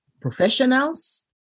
professionals